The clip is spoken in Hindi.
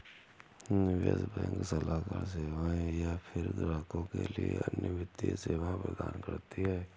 निवेश बैंक सलाहकार सेवाएँ या फ़िर ग्राहकों के लिए अन्य वित्तीय सेवाएँ प्रदान करती है